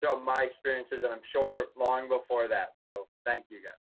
throughout my experiences, and i'm sure long before that, so thank you, guys.